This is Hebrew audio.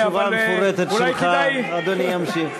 אבל אולי כדאי,